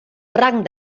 rang